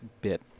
bit